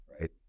Right